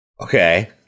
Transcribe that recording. okay